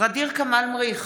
ע'דיר כמאל מריח,